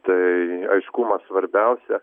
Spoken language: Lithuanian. tai aiškumas svarbiausia